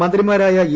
മന്ത്രിമാരായ ഇ